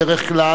בדרך כלל,